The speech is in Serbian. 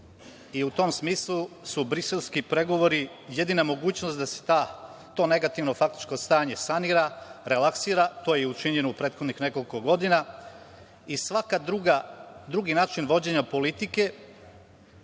i u tom smislu su Briselski pregovori jedina mogućnost da se to negativno faktičko stanje sanira, relaksira. To je učinjeno u prethodnih nekoliko godina i svaki drugi način politike